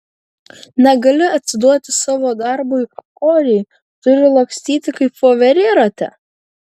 negali atsiduoti savo darbui oriai turi lakstyti kaip voverė rate